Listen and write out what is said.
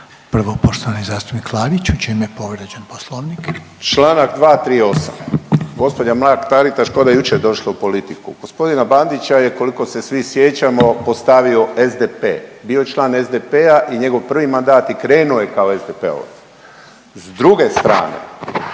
prvo poštovani zastupnik Klarić. U čemu je povrijeđen poslovnik? **Klarić, Tomislav (HDZ)** Čl. 238. gospođa Mrak Taritaš ko da je jučer došla u politiku. G. Bandića je koliko se svi sjećamo postavio SDP, bio je član SDP-a i njegov prvi mandat i krenuo je kao SDP-ovac. S druge strane